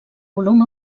volum